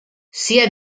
sia